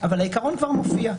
אבל העיקרון כבר מופיע.